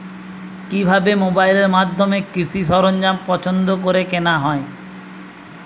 কিভাবে মোবাইলের মাধ্যমে কৃষি সরঞ্জাম পছন্দ করে কেনা হয়?